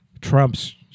Trump's